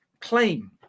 claim